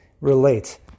relate